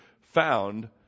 found